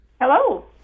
Hello